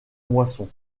moisson